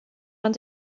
man